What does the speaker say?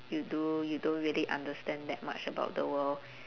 you do you don't really understand that much about the world